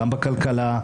גם בכלכלה,